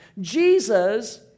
Jesus